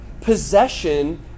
possession